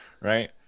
right